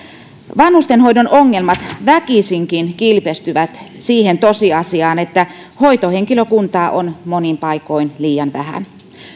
vanhustenhoidon ongelmat väkisinkin kilpistyvät siihen tosiasiaan että hoitohenkilökuntaa on monin paikoin liian vähän